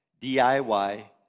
DIY